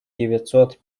девятьсот